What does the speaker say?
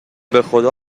بخدا